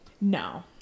No